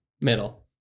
middle